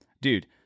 Dude